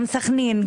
גם סחנין,